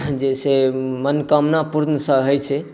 जे से मनोकामना पूर्ण होइ छै